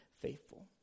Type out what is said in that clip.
faithful